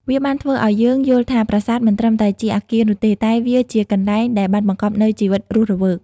វាបានធ្វើឲ្យយើងយល់ថាប្រាសាទមិនត្រឹមតែជាអគារនោះទេ តែវាជាកន្លែងដែលបានបង្កប់នូវជីវិតរស់រវើក។